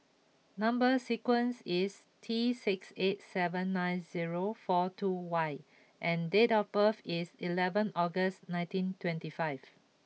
number sequence is T six eight seven nine zero four two Y and date of birth is eleven August nineteen twenty five